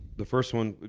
the first one,